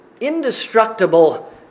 indestructible